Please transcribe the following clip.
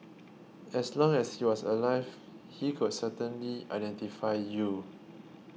as long as he was alive he could certainly identify you